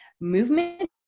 movement